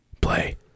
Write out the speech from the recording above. Play